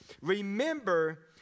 remember